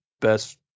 best